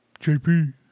JP